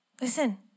Listen